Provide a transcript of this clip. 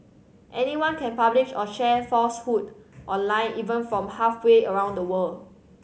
anyone can publish or share falsehood online even from halfway around the world